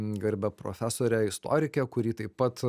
garbią profesorę istorikę kuri taip pat